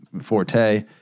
forte